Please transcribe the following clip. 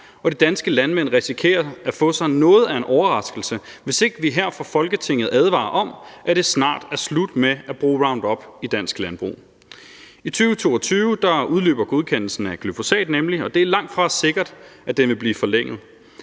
og de danske landmænd risikerer at få sig noget af en overraskelse, hvis vi ikke her fra Folketinget advarer om, at det snart er slut med at bruge Roundup i dansk landbrug. I 2022 udløber godkendelsen af glyfosat nemlig, og det er langtfra sikkert, at den vil blive forlænget.